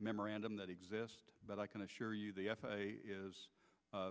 memorandum that exist but i can assure you the f a a is